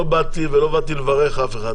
לא באתי ולא באתי לברך אף אחד,